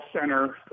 center